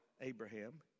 Abraham